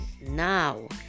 Now